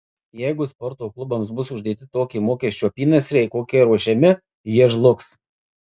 jeigu sporto klubams bus uždėti tokie mokesčių apynasriai kokie ruošiami jie žlugs